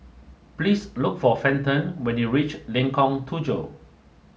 please look for Fenton when you reach Lengkong Tujuh